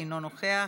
אינו נוכח,